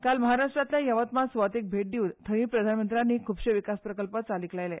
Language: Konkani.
काल महाराष्ट्रांतल्या यवतमाळ सुवातेक भेट दिवन थंयूय प्रधानमंत्र्यानी खूबशा विकास प्रकल्प चालीक लायले